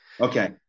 Okay